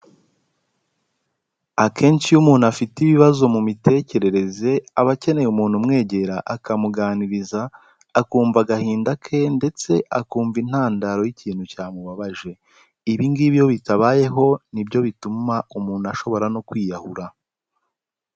Akenshi iyo umuntu afite ibibazo mu mitekerereze, aba akeneye umuntu umwegera akamuganiriza, akumva agahinda ke ndetse akumva intandaro y'ikintu cyamubabaje. Ibi ngibi iyo bitabayeho ni byo bituma umuntu ashobora no kwiyahura.